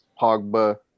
Pogba